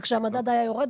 וכשהמדד היה יורד,